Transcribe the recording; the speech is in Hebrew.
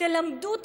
תלמדו אותם,